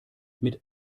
mit